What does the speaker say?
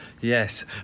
Yes